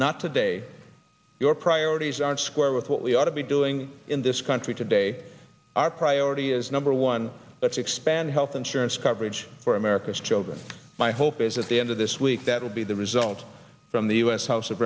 not today your priorities aren't square with what we ought to be doing in this country today our priority is number one let's expand health insurance coverage for america's children my hope is at the end of this week that will be the results from the u s house of